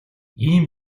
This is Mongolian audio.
ийм